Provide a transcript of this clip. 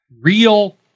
real